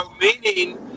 meaning